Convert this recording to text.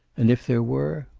and if there were,